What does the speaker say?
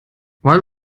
weil